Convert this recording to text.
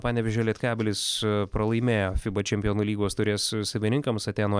panevėžio lietkabelis pralaimėjo fiba čempionų lygos taurės savininkams atėnų